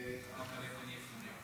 עם כלב בן יפונה.